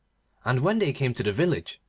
and when they came to the village,